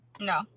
no